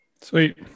Sweet